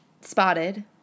spotted